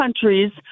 countries